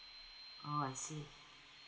oh I see